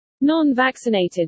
Non-vaccinated